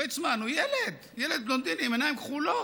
גרייצמן הוא ילד, ילד בלונדיני עם עיניים כחולות.